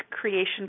creation